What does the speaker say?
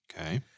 Okay